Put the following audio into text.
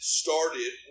started